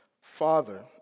Father